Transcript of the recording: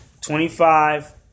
Twenty-five